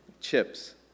chips